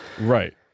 Right